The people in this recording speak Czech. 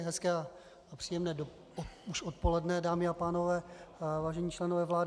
Hezké a příjemné už odpoledne, dámy a pánové, vážení členové vlády.